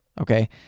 Okay